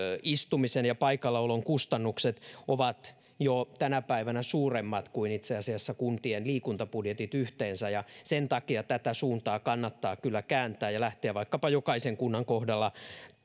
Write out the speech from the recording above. istumisen ja paikallaolon kustannukset ovat tänä päivänä jo suuremmat kuin itse asiassa kuntien liikuntabudjetit yhteensä ja sen takia tätä suuntaa kannattaa kyllä kääntää ja lähteä vaikkapa jokaisen kunnan kohdalla